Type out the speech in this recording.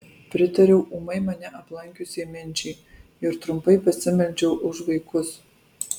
pritariau ūmai mane aplankiusiai minčiai ir trumpai pasimeldžiau už vaikus